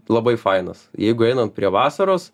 labai fainas jeigu einant prie vasaros